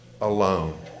alone